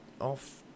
off